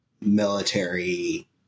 military